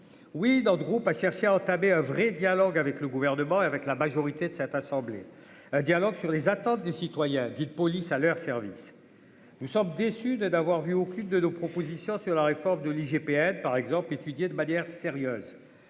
oui dans le groupe, cherché à entamer un vrai dialogue avec le gouvernement, avec la majorité de cette assemblée, dialogue sur les attentes des citoyens qui de police à leur service, nous sommes déçus de d'avoir vu aucune de nos propositions sur la réforme de l'IGPN par exemple étudier de manière sérieuse,